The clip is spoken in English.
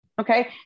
Okay